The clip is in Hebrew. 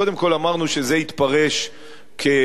קודם כול אמרנו שזה יתפרש כחולשה,